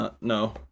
No